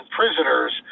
prisoners